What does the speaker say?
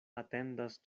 atendas